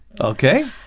Okay